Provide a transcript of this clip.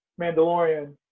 Mandalorian